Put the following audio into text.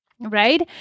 Right